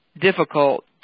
difficult